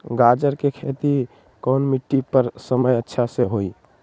गाजर के खेती कौन मिट्टी पर समय अच्छा से होई?